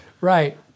Right